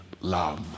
love